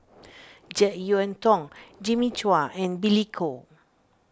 Jek Yeun Thong Jimmy Chua and Billy Koh